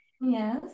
Yes